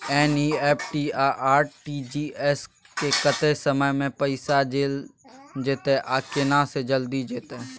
NEFT आ RTGS स कत्ते समय म पैसा चैल जेतै आ केना से जल्दी जेतै?